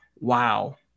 wow